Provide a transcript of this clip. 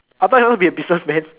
I thought you want to be a businessman